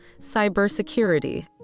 cybersecurity